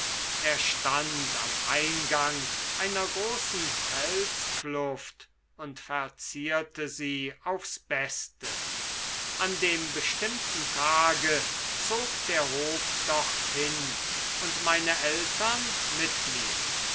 er stand am eingang einer großen felskluft und verzierte sie aufs beste an dem bestimmten tage zog der hof dorthin und meine eltern mit mir